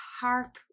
harp